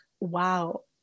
wow